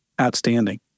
outstanding